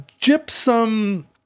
gypsum